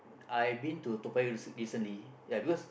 I been to Toa-Payoh recent recently ya because